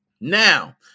Now